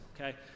okay